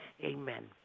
Amen